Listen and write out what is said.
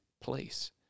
place